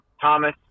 Thomas